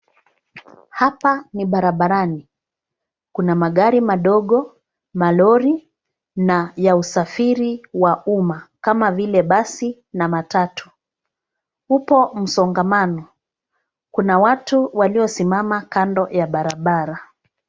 Hapa ni barabarani kuna magari madogo, malori na ya usafiri wa umma kama vile basi na matatu. Upo msongamano, kuna watu waliosimama kando ya barabara.